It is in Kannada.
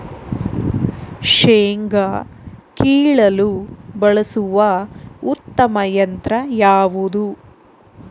ಶೇಂಗಾ ಕೇಳಲು ಬಳಸುವ ಉತ್ತಮ ಯಂತ್ರ ಯಾವುದು?